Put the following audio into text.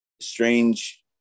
strange